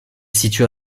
située